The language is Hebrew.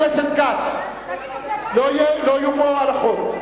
לא יהיו פה הנחות.